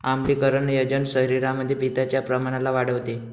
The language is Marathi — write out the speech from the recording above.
आम्लीकरण एजंट शरीरामध्ये पित्ताच्या प्रमाणाला वाढवते